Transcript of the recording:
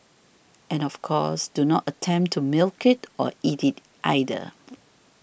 and of course do not attempt to milk it or eat it either